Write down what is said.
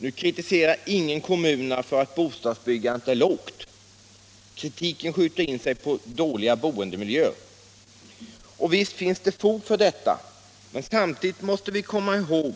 Nu kritiserar ingen kommunerna för att bostadsbyggandet är lågt, utan kritiken skjuter in sig på dåliga boendemiljöer. Och visst finns det fog för den kritiken, men samtidigt måste vi komma ihåg